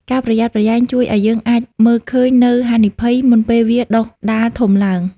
ការប្រយ័ត្នប្រយែងជួយឱ្យយើងអាចមើលឃើញនូវហានិភ័យមុនពេលវាដុះដាលធំឡើង។